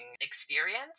experience